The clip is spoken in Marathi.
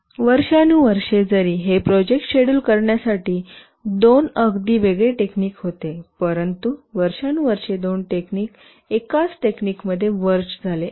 वर्षानुवर्षे जरी हे प्रोजेक्ट शेड्यूल करण्यासाठी दोन अगदी वेगळे टेक्निक होते परंतु वर्षानुवर्षे दोन्ही टेक्निक एकाच टेक्निक मध्ये मर्ज झाले आहेत